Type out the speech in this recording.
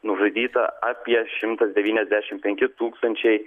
nužudyta apie šimtas devyniasdešim penki tūkstančiai